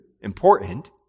important